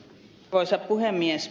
arvoisa puhemies